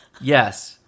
yes